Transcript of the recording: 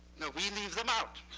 now, we leave them out.